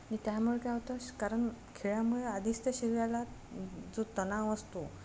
आणि त्यामुळे काय होतं कारण खेळामुळे आधीच त्या शरीराला जो तणाव असतो